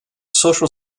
social